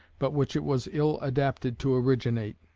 but which it was ill adapted to originate.